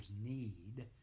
need